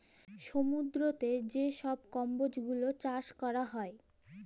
সমুদ্দুরেতে যে ছব কম্বজ গুলা চাষ ক্যরা হ্যয়